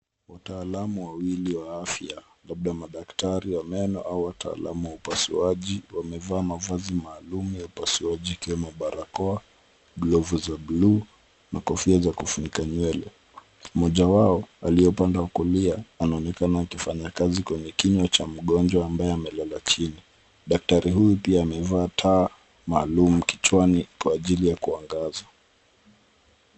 Wataalamu wawili wa afya, labda madaktari wa meno au wataalamu wa upasuaji wamevaa mavazi maalum ya upasuaji ikiwemo barakoa, glovu za bluu na kofia za kufunika nywele. Mmoja wao, alio upande wakulia, anaonekana akifanya kazi kwenye kinywa cha mgonjwa ambaye amelala chini. Daktari huyu pia amevaa taa maalum kichwani kwa ajili ya kuangaza.